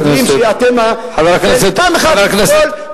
אני לא קונה.